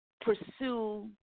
pursue